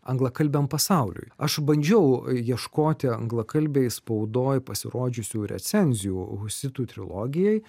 anglakalbiam pasauliui aš bandžiau ieškoti anglakalbėj spaudoj pasirodžiusių recenzijų husitų trilogijai